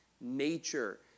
nature